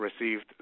received